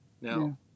Now